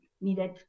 needed